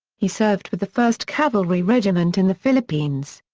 he served with the first cavalry regiment in the philippines.